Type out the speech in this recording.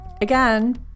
again